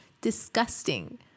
disgusting